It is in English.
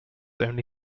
only